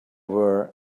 were